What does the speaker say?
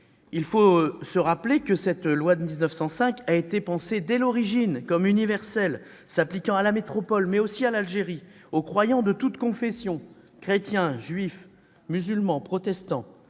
Il faut se rappeler que la loi de 1905 a été pensée dès l'origine comme universelle, s'appliquant à la métropole, mais aussi à l'Algérie, aux croyants de toutes confessions, chrétiens, juifs, musulmans, et,